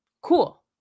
cool